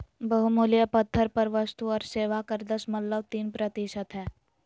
बहुमूल्य पत्थर पर वस्तु और सेवा कर दशमलव तीन प्रतिशत हय